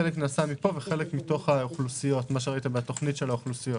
חלק נעשה מפה וחלק ממה שראיתם בתוך האוכלוסיות.